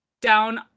down